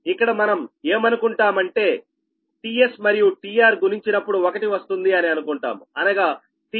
ఇక్కడ మనం ఏమనుకుంటామంటే tS మరియు tR గుణించినప్పుడు ఒకటి వస్తుంది అని అనుకుంటాము అనగా tS tR1